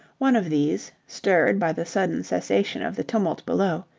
one of these, stirred by the sudden cessation of the tumult below,